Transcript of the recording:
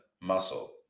muscle